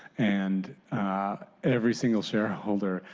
and every single shareholder,